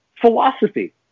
philosophy